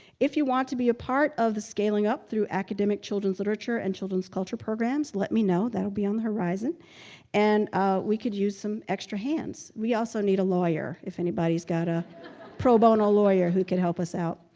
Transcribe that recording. if you want to be a part of the scaling up through academic children's literature and children's culture programs let me know. that'll be on the horizon and we could use some extra hands. we also need a lawyer if anybody's got a pro bono lawyer who could help us out.